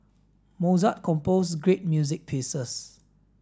Mozart composed great music pieces